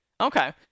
okay